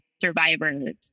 survivors